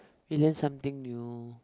we learn something new